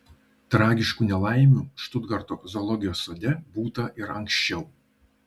tragiškų nelaimių štutgarto zoologijos sode būta ir anksčiau